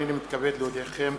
הנני מתכבד להודיעכם,